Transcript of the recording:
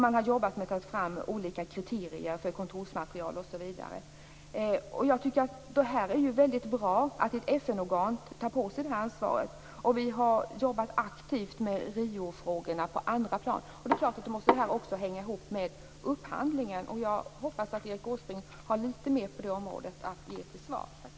Man har jobbat med att ta fram olika kriterier för kontorsmaterial osv. Jag tycker att det är mycket bra att ett FN-organ tar på sig detta ansvar. Vi har jobbat aktivt med Riofrågorna på andra plan. Det är klart att det här också måste hänga ihop med upphandlingen. Jag hoppas att Erik Åsbrink har lite mer att ge till svar på det området.